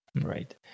Right